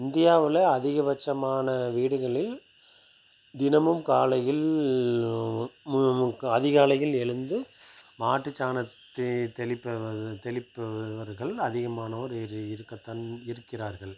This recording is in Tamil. இந்தியாவில் அதிகபட்சமான வீடுகளில் தினமும் காலையில் மு மு க அதிகாலையில் எழுந்து மாட்டுச் சாணத்தை தெளிப்பவர் தெளிப்பவர்வர்கள் அதிகமானவர் இரு இரு இருக்கதான் இருக்கிறார்கள்